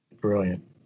Brilliant